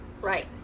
Right